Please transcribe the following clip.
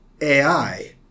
ai